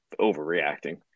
overreacting